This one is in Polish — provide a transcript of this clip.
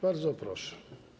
Bardzo proszę.